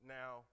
now